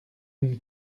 une